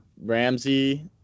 Ramsey